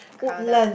crowded